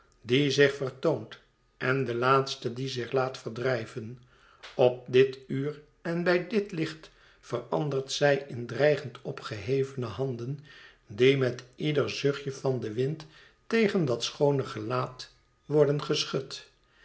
die zich vertoont en de laatste die zich laat verdrijven op dit uur en bij dit licht verandert zij in dreigend opgehevene handen die met ieder zuchtje van den wind tegen dat schoone gelaat worden geschud